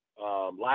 Last